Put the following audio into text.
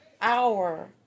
hour